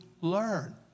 learn